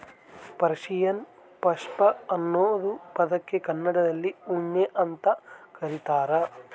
Persian ಪಾಷ್ಮಾ ಅನ್ನೋ ಪದಕ್ಕೆ ಕನ್ನಡದಲ್ಲಿ ಉಣ್ಣೆ ಅಂತ ಕರೀತಾರ